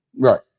Right